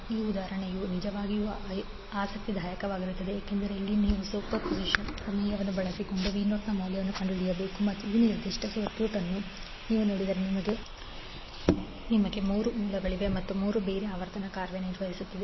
ಈ ಉದಾಹರಣೆಯು ನಿಜವಾಗಿಯೂ ಆಸಕ್ತಿದಾಯಕವಾಗಿರುತ್ತದೆ ಏಕೆಂದರೆ ಇಲ್ಲಿ ನಾವು ಸೂಪರ್ಪೋಸಿಷನ್ ಪ್ರಮೇಯವನ್ನು ಬಳಸಿಕೊಂಡು v0ನ ಮೌಲ್ಯವನ್ನು ಕಂಡುಹಿಡಿಯಬೇಕು ಮತ್ತು ಈ ನಿರ್ದಿಷ್ಟ ಸರ್ಕ್ಯೂಟ್ ಅನ್ನು ನೀವು ನೋಡಿದರೆ ನಿಮಗೆ ಮೂರು ಮೂಲಗಳಿವೆ ಮತ್ತು ಮೂರೂ ಬೇರೆ ಆವರ್ತನದಲ್ಲಿ ಕಾರ್ಯನಿರ್ವಹಿಸುತ್ತಿವೆ